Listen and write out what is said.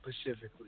specifically